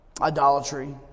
idolatry